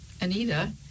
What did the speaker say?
Anita